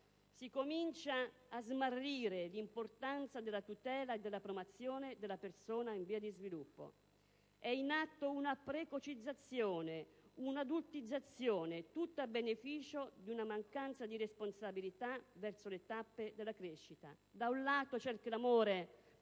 si comincia a smarrire l'importanza della tutela e della promozione della persona in via di sviluppo. È in atto una precocizzazione, una "adultizzazione", tutta a beneficio di una mancanza di responsabilità verso le tappe della crescita. Da un lato, vi è il clamore